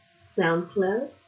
SoundCloud